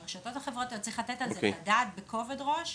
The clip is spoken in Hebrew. הרשתות החברתיות וצריך לתת על זה את הדעת בכובד ראש.